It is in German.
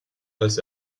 als